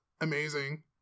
amazing